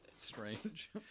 Strange